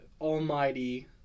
almighty